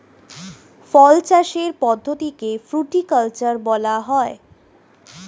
ফল চাষের পদ্ধতিকে ফ্রুটিকালচার বলা হয়